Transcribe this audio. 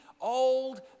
old